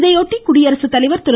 இதையொட்டி குடியரசுத்தலைவர் திரு